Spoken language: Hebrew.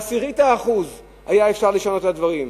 בעשירית האחוז היה אפשר לשנות את הדברים.